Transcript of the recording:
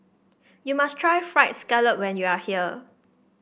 you must try fried scallop when you are here